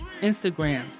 Instagram